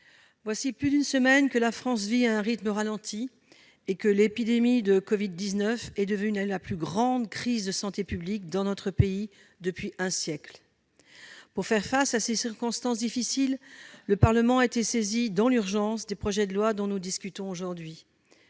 voici plus d'une semaine que la France vit à un rythme ralenti. L'épidémie de Covid-19 est devenue la plus grande crise de santé publique dans notre pays depuis un siècle. Pour faire face à ces circonstances difficiles, le Parlement a été saisi dans l'urgence d'un projet de loi organique et d'un